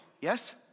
yes